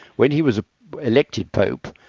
when he was elected pope,